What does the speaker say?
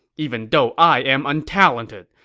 even though i am untalented,